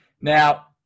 Now